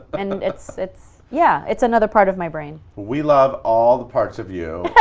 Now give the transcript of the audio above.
and it's it's yeah it's another part of my brain. we love all the parts of you,